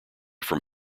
from